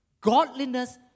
Godliness